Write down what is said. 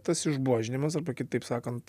tas išbuožinimas arba kitaip sakant